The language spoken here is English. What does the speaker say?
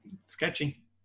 Sketchy